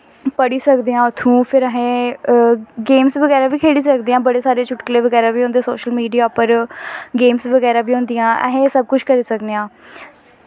पढ़ी सकदे आं उत्थूं फिर अस गेम्स बगैरा बी खेली सकदे आं बड़े सारे चुटकले बगैरा बी होंदे सोशल मीडिया पर गेम्स बगैरा बी होंदियां अस एह् सब कुछ करी सकदे आं